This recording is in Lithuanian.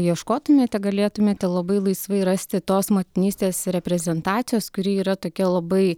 ieškotumėte galėtumėte labai laisvai rasti tos motinystės reprezentacijos kuri yra tokia labai